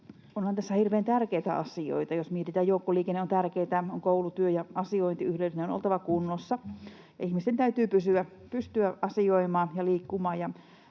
onhan tässä hirveän tärkeitä asioita, jos mietitään: joukkoliikenne on tärkeätä, koulu-, työ- ja asiointiyhteyksien on oltava kunnossa, ja ihmisten täytyy pystyä asioimaan ja liikkumaan.